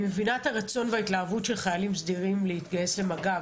אני מבינה את הרצון וההתלהבות של חיילים סדירים להתגייס למג"ב,